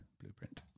blueprint